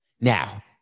Now